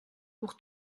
pour